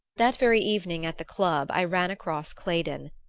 that very evening at the club i ran across claydon.